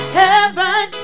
heaven